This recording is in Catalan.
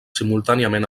simultàniament